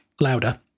louder